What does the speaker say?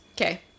Okay